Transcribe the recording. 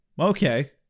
Okay